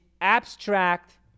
abstract